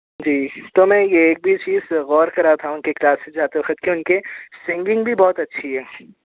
جی تو میں یہ ایک چیز غور کر رہا تھا ان کے کلاس جاتے وقت کہ ان کے سنگنگ بھی بہت اچھی ہے